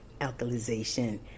alkalization